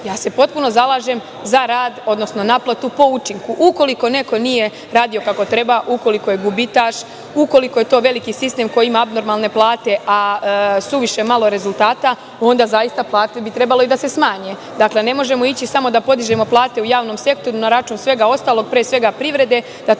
potpuno se zalažem za rad, odnosno naplatu po učinku. Ukoliko neko nije radio kako treba, ukoliko je gubitaš, ukoliko je to veliki sistem koji ima abnormalne plate, a suviše malo rezultata, onda bi plate trebalo da se smanje. Ne možemo ići samo da podižemo plate u javnom sektoru na račun svega ostalog, pre svega privrede, da tovarimo